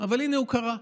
אבל הינה הוא קרה,